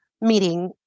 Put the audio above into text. meeting